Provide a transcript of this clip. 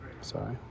sorry